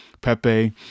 Pepe